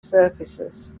surfaces